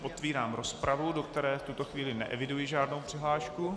Otvírám rozpravu, do které v tuto chvíli neeviduji žádnou přihlášku.